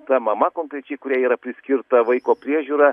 ta mama konkrečiai kuriai yra priskirta vaiko priežiūra